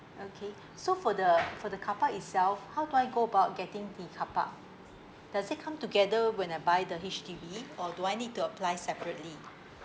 okay so for the for the car park itself how do I go about getting the car park does it come together when I buy the H_D_B or do I need to apply separately